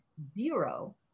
zero